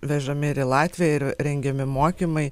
vežami ir į latviją ir rengiami mokymai